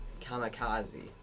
kamikaze